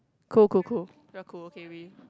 cool cool cool ya cool okay we